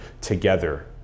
together